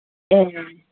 ए